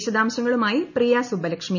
വിശദാംശങ്ങളുമായി പ്രിയ സുബ്ബലക്ഷ്മി